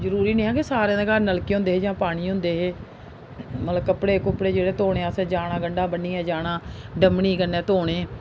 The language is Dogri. जरूरी नेईं हा कि सारें दे घर नलके होंदे जां पानी होंदे हे मतलब कप्पड़े कुप्पड़े जेह्ड़े धोने आस्तै जाना गन्डा बनियै जाना डमनी कन्नै धोने